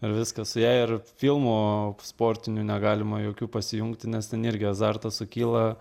ir viskas su ja ir filmų sportinių negalima jokių pasijungti nes ten irgi azartas sukyla